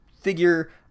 figure